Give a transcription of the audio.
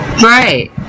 Right